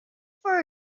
for